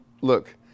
Look